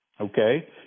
okay